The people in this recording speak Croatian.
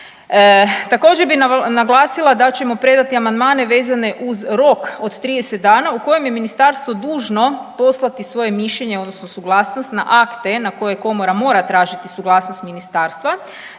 Također bi naglasila da ćemo predati amandmane vezane uz rok od 30 dana u kojem je Ministarstvo dužno u kojem je ministarstvo dužno poslati svoje mišljenje odnosno suglasnost na akte na koje komora mora tražiti suglasnost ministarstva.